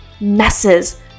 messes